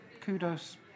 Kudos